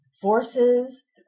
forces